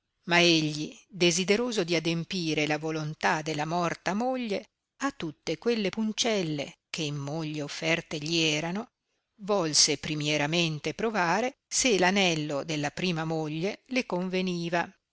ma egli desideroso di adempire la volontà della morta moglie a tutte quelle puncelle che in moglie offerte gli erano volse primieramente provare se l'anello della prima moglie le conveniva